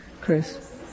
Chris